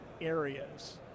areas